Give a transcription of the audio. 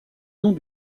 dons